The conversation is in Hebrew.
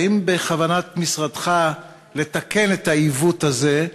1. האם בכוונת משרדך לתקן את העיוות הזה,